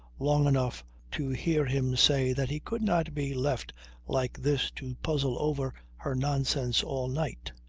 long enough to hear him say that he could not be left like this to puzzle over her nonsense all night.